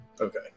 Okay